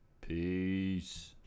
Peace